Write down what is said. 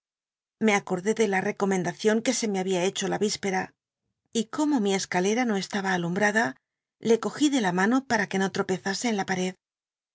me acmdé de la rccomcndacion que se me había hecho la vbpera y co mo mi escalera no es taba alumlll'ada le ogi tlc la mano p ua que no tropezase en la paed